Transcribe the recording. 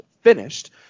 finished